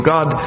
God